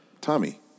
Tommy